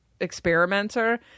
experimenter